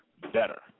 better